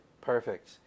perfect